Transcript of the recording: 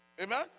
Amen